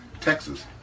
Texas